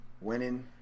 Winning